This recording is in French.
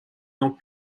dans